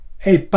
Hey